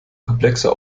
komplexer